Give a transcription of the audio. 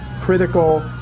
critical